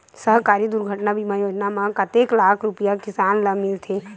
सहकारी दुर्घटना बीमा योजना म कतेक लाख रुपिया किसान ल मिलथे?